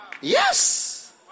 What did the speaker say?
Yes